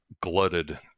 glutted